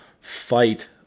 fight